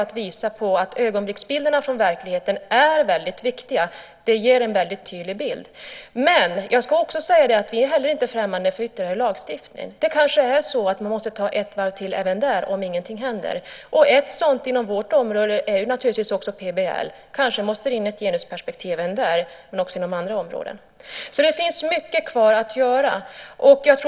Jag har försökt visa att ögonblicksbilderna från verkligheten är väldigt viktiga. De ger en väldigt tydlig bild. Men jag ska också säga att vi inte heller är främmande för ytterligare lagstiftning. Det kanske är så att vi måste ta ett varv till även där om ingenting händer. En sak inom vårt område är naturligtvis PBL. Kanske måste det in ett genusperspektiv även där, liksom inom andra områden. Det finns mycket kvar att göra.